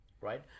right